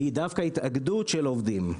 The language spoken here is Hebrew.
היא דווקא התאגדות של עובדים.